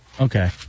Okay